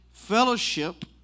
Fellowship